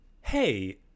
hey